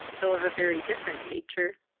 though of a very different nature.